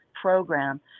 program